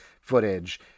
footage